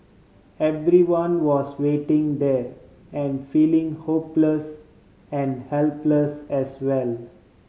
everyone was waiting there and feeling hopeless and helpless as well